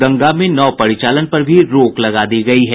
गंगा में नाव परिचालन पर भी रोक लगा दी गयी है